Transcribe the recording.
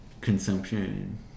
consumption